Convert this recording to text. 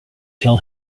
tell